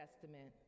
testament